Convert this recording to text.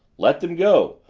let them go!